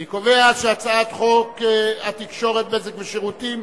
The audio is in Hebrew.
אני קובע שחוק התקשורת (בזק ושירותים)